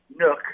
nook